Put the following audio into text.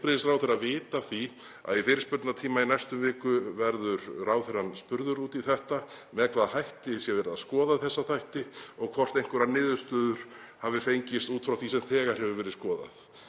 ráðherrann spurður út í þetta, með hvaða hætti sé verið að skoða þessa þætti og hvort einhverjar niðurstöður hafi fengist út frá því sem þegar hefur verið skoðað.